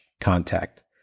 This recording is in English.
contact